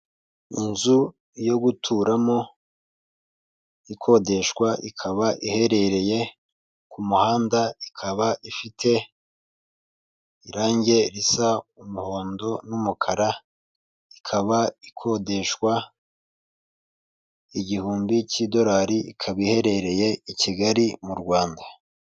Inzu yo guturamo ikodeshwa ,ikaba iherereye ku muhanda .Ikaba ifite irange risa umuhondo n'umukara. Ikaba ikodeshwa, igihumbi cy'idorari .Ikaba iherereye i Kigali mu Rwanda.